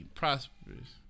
prosperous